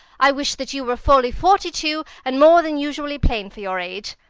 i wish that you were fully forty-two, and more than usually plain for your age.